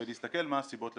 ולהסתכל מה הסיבות לסגירה,